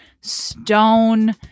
stone